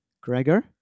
Gregor